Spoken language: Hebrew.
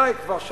די כבר,